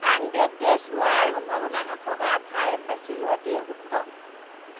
আন ব্যক্তিয়ে চোৱাৰ সম্ভাৱনা নথকা ঠাই বাছি লোৱাটোৱেই উত্তম